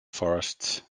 forests